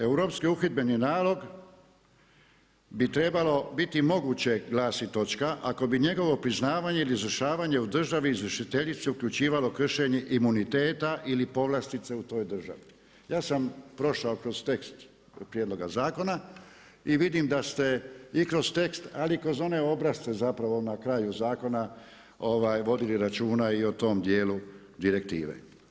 Europski uhidbeni nalog bi trebalo biti moguće, glasi točka: ako bi njegovo priznavanje ili izvršavanje u državi izvršiteljici uključivalo kršenje imuniteta ili povlastice u toj državi.“ Ja sam prošao kroz tekst prijedloga zakona i vidim da ste i kroz tekst ali i kroz one obrasce zapravo na kraju zakona vodili računa i o tom dijelu direktive.